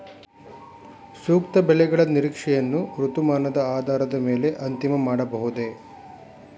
ಸೂಕ್ತ ಬೆಳೆಗಳ ನಿರೀಕ್ಷೆಯನ್ನು ಋತುಮಾನದ ಆಧಾರದ ಮೇಲೆ ಅಂತಿಮ ಮಾಡಬಹುದೇ?